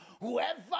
Whoever